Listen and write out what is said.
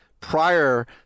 prior